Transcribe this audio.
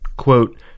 quote